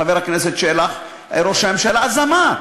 חבר הכנסת שלח, ראש הממשלה, אז אמר.